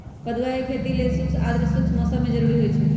कदुआ के खेती लेल शुष्क आद्रशुष्क मौसम कें जरूरी होइ छै